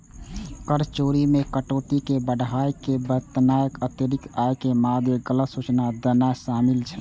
कर चोरी मे कटौती कें बढ़ाय के बतेनाय, अतिरिक्त आय के मादे गलत सूचना देनाय शामिल छै